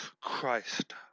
Christ